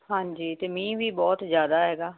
ਹਾਂਜੀ ਅਤੇ ਮੀਂਹ ਵੀ ਬਹੁਤ ਜ਼ਿਆਦਾ ਹੈਗਾ